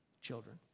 children